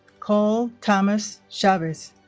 cole thomas chavez